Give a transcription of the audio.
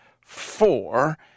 four